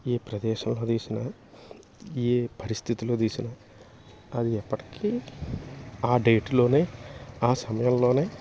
ఏ ప్రదేశంలో తీసినా ఏ పరిస్థితిలో తీసినా అది ఎప్పటికీ ఆ డేట్లోనే ఆ సమయంలోనే